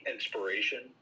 inspiration